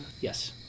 Yes